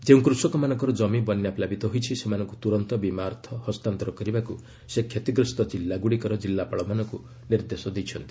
ଯେଉଁ କୃଷକମାନଙ୍କର ଜମି ବନ୍ୟାପ୍ଲାବିତ ହୋଇଛି ସେମାନଙ୍କୁ ତୁରନ୍ତ ବିମା ଅର୍ଥ ହସ୍ତାନ୍ତର କରିବାକୁ ସେ କ୍ଷତିଗ୍ରସ୍ତ ଜିଲ୍ଲାଗୁଡ଼ିକର ଜିଲ୍ଲାପାଳମାନଙ୍କୁ ନିର୍ଦ୍ଦେଶ ଦେଇଛନ୍ତି